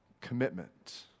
commitment